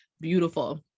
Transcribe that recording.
beautiful